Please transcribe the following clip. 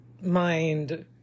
mind